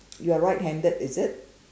you are right handed is it